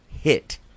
hit